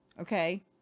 okay